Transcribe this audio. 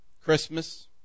Christmas